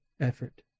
effort